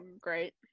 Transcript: great